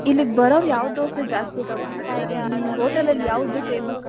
ಇಲ್ಲಿಗೆ ಬರೋರು ಯಾವ ದೋಸೆ ಜಾಸ್ತಿ ತೊಗೊಂತಾರೆ ಸರ್ ಇಲ್ಲಿ ಹೋಟೆಲಲ್ಲಿ ಯಾವುದು ಫೇಮಸ್